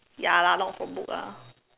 ya lah not from book lah